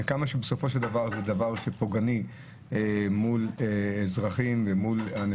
וכמה שבסופו של דבר זה דבר פוגעני באזרחים ובאנשים.